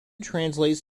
translates